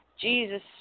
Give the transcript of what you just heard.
Jesus